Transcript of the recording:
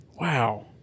Wow